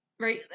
Right